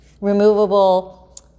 removable